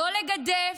לא לגדף,